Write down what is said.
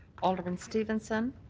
alderman stevenson.